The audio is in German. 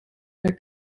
der